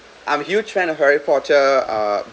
I'm a huge fan of harry potter uh